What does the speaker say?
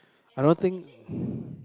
I not think